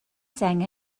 sang